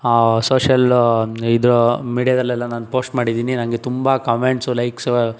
social ಇದು ಮೀಡಿಯದಲೆಲ್ಲ ನಾನು ಪೋಸ್ಟ್ ಮಾಡಿದ್ದೀನಿ ನನಗೆ ತುಂಬ ಕಾಮೆಂಟ್ಸು ಲೈಕ್ಸು